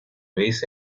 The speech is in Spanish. vez